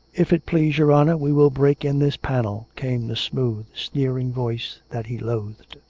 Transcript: if it please your honour we will break in this panel, came the smooth, sneering voice that he loathed.